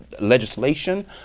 legislation